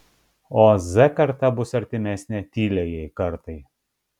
o z karta bus artimesnė tyliajai kartai